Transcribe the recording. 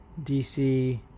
DC